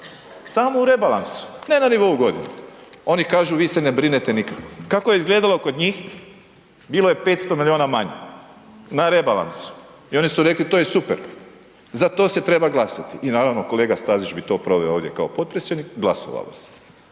samo u rebalansu, ne na nivou godine. Oni kažu vi se ne brinete nikako. Kako je izgledalo kod njih? Bilo je 500 milijuna manje na rebalansu i oni su rekli to je super, za to se treba glasati. I naravno kolega Stazić bi proveo to ovdje kao potpredsjednik, glasovalo se.